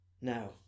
now